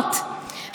זה מה שדיברתם.